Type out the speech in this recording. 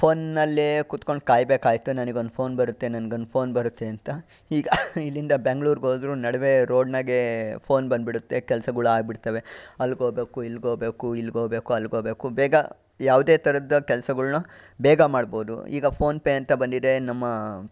ಫೋನಲ್ಲೆ ಕೂತ್ಕೊಂಡು ಕಾಯಬೇಕಾಯಿತು ನನ್ಗೊಂದು ಫೋನ್ ಬರುತ್ತೆ ನನ್ಗೊಂದು ಫೋನ್ ಬರುತ್ತೆ ಅಂತ ಈಗ ಇಲ್ಲಿಂದ ಬೆಂಗ್ಳೂರು ಹೋದರೂ ನಡುವೆ ರೋಡ್ನಾಗೆ ಫೋನ್ ಬಂದ್ಬಿಡುತ್ತೆ ಕೆಲಸಗಳು ಆಗ್ಬಿಡ್ತಾವೆ ಅಲ್ಲಿಗೋಗ್ಬೇಕು ಇಲ್ಗೆ ಹೋಗಬೇಕು ಇಲ್ಗೆ ಹೋಗಬೇಕು ಅಲ್ಗೆ ಹೋಗಬೇಕು ಬೇಗ ಯಾವುದೇ ಥರದ್ದು ಕೆಲಸಗಳ್ನ ಬೇಗ ಮಾಡ್ಬೋದು ಈಗ ಫೋನ್ ಪೇ ಅಂತ ಬಂದಿದೆ ನಮ್ಮ